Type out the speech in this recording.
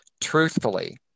Truthfully